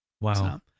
Wow